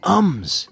ums